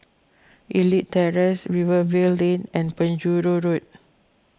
Elite Terrace Rivervale Lane and Penjuru Road